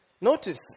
notice